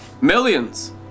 Millions